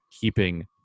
keeping